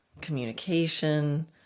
communication